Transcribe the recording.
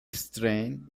strength